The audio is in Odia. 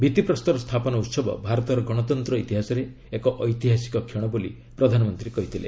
ଭିତ୍ତିପ୍ରସ୍ତର ସ୍ଥାପନ ଉହବ ଭାରତର ଗଣତନ୍ତ୍ର ଇତିହାସରେ ଏକ ଐତିହାସିକ କ୍ଷଣ ବୋଲି ପ୍ରଧାନମନ୍ତ୍ରୀ କହିଥିଲେ